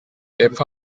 hepfo